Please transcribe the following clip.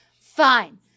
fine